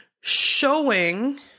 showing